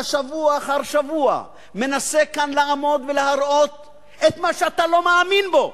אתה שבוע אחר שבוע מנסה כאן לעמוד ולהראות את מה שאתה לא מאמין בו.